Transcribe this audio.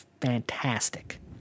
fantastic